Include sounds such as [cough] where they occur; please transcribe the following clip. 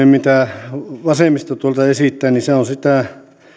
[unintelligible] mitä vasemmisto tuolta esittää on sitä